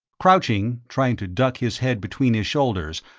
crouching, trying to duck his head between his shoulders,